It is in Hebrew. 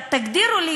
תגידו לי,